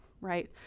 right